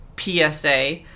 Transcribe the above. PSA